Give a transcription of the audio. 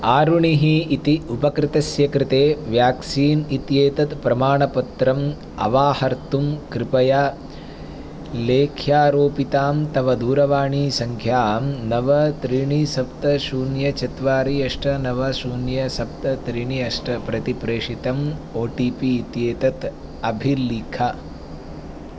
आरुणिः इति उपकृतस्य कृते वेक्सीन् इत्येतत् प्रमाणपत्रम् अवाहर्तुं कृपया लेख्यारोपितां तव दूरवाणीसङ्ख्यां नव त्रीणि सप्त शून्य चत्वारि अष्ट नव शून्य सप्त त्रीणि अष्ट प्रति प्रेषितं ओ टि पि इत्येतत् अभिलिख